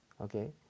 okay